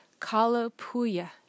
Kalapuya